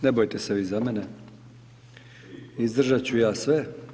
Ne bojte se vi za mene, izdržat ću ja sve.